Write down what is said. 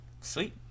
sweet